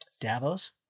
davos